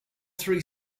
three